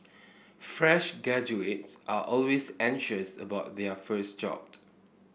fresh are always anxious about their first job